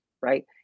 right